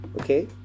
okay